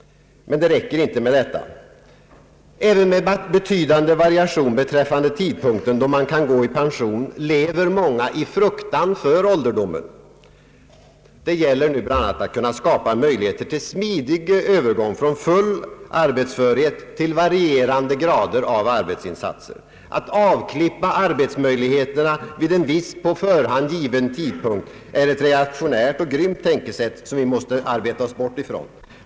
Men det räcker inte med detta. även med betydande variation beträffande tidpunkten då man kan gå i pension lever många i fruktan för ålderdomen. Det gäller nu bland annat att skapa möjligheter till smidig övergång från full arbetsförhet till varierande grader av arbetsinsatser. Att avklippa arbetsmöjligheterna vid en viss på förhand given tidpunkt är ett reaktionärt och grymt tänkesätt, som vi måste arbeta oss bort ifrån.